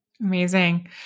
Amazing